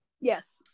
Yes